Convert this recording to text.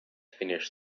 finished